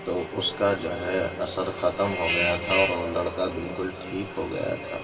تو اس کا جو ہے اثر ختم ہوگیا تھا اور وہ لڑکا بالکل ٹھیک ہو گیا تھا